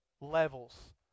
levels